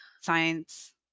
science